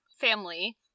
family